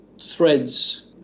threads